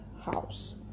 house